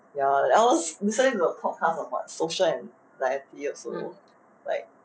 ya I was listening to a podcast about social anxiety also like